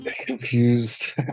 confused